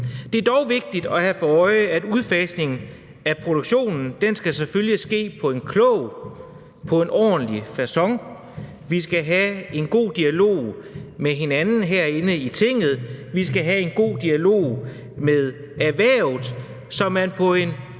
Det er dog vigtigt at have for øje, at udfasningen af produktionen selvfølgelig skal ske på en klog og ordentlig facon. Vi skal have en god dialog med hinanden herinde i Tinget, vi skal have en god dialog med erhvervet, så man på en